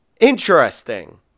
Interesting